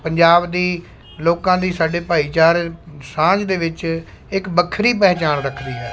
ਪੰਜਾਬ ਦੀ ਲੋਕਾਂ ਦੀ ਸਾਡੇ ਭਾਈਚਾਰ ਸਾਂਝ ਦੇ ਵਿੱਚ ਇੱਕ ਵੱਖਰੀ ਪਹਿਚਾਣ ਰੱਖਦੀ ਹੈ